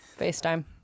FaceTime